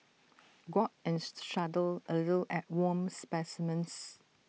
gawk and shudder A little at worm specimens